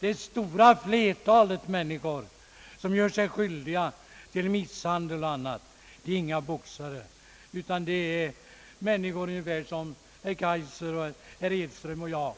Det stora flertalet människor som gör sig skyldiga till misshandel och andra våldsdåd är inte boxare utan människor av ungefär samma slag som herr Kaijser och herr Edström och jag.